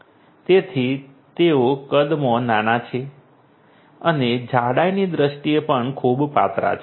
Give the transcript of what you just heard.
તેથી તેઓ કદમાં નાના છે અને જાડાઈની દ્રષ્ટિએ પણ ખૂબ પાતળા છે